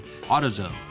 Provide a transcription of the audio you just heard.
AutoZone